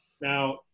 Now